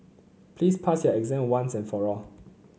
please pass your exam once and for all